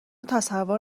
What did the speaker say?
تصور